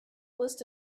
list